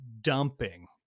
dumping